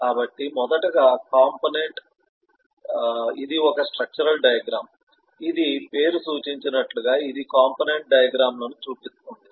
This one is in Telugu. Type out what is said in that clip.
కాబట్టి మొదటగా కంపోనెంట్ ఇది ఓక స్ట్రక్చరల్ డయాగ్రమ్ ఇది పేరు సూచించినట్లుగా ఇది కంపోనెంట్ డయాగ్రమ్ లను చూపిస్తుంది